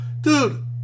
Dude